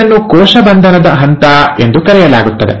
ಇದನ್ನು ಕೋಶ ಬಂಧನದ ಹಂತ ಎಂದೂ ಕರೆಯಲಾಗುತ್ತದೆ